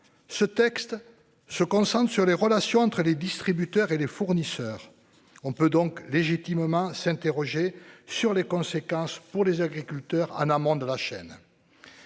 Ce texte se concentre sur les relations entre les distributeurs et les fournisseurs. On peut donc légitimement s'interroger sur les conséquences pour les agriculteurs, qui sont en amont de la chaîne.